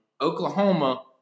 Oklahoma